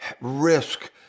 risk